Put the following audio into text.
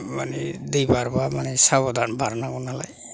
माने दै बारबा माने साब'धान बारनांगौ नालाय